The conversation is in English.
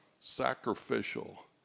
sacrificial